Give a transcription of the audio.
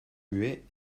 muet